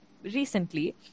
recently